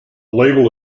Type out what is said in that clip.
label